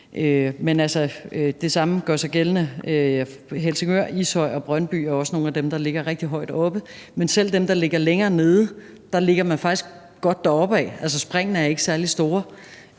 Det samme gør sig gældende for Helsingør, Ishøj og Brøndby, som også er nogle af dem, der ligger rigtig højt oppe, men selv dem, der ligger længere nede, ligger faktisk godt deropad. Springene er ikke særlig store